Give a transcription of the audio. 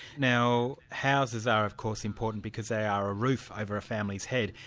now houses are of course important, because they are a roof over a family's head,